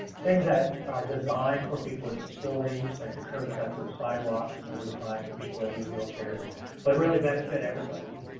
things that are designed for people with disabilities like the curb cuts of the sidewalks that were designed for people that use wheelchairs but really benefit everybody.